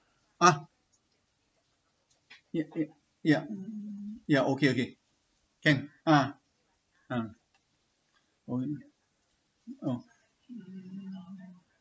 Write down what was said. ah ya ya ya ya okay okay can ah ah ah